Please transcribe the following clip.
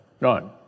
None